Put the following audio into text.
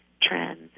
trends